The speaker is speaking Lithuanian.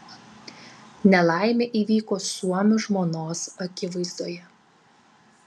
nelaimė įvyko suomio žmonos akivaizdoje